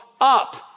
up